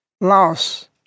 loss